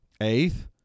Eighth